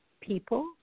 people